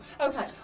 Okay